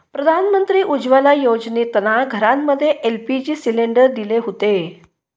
प्रधानमंत्री उज्ज्वला योजनेतना घरांमध्ये एल.पी.जी सिलेंडर दिले हुते